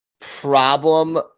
problem